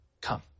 come